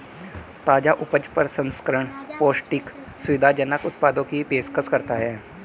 ताजा उपज प्रसंस्करण पौष्टिक, सुविधाजनक उत्पादों की पेशकश करता है